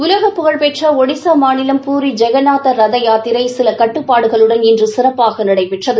ஊலக புகழ்பெற்ற ஒடிஸா மாநிலம் பூரி ஜெகநாதர் ரத யாத்திரை சில கட்டுப்பாடுகளுடன் இன்று சிறப்பாக நடைபெற்றது